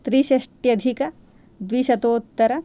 त्रिषष्ट्यधिकद्विशतोत्तर